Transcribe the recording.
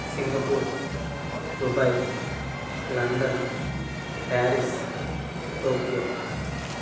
Singapore Dubai London Paris Tokyo